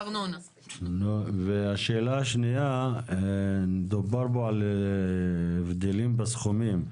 שאלה שנייה, דובר פה על הבדלים בסכומים.